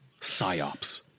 psyops